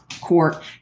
court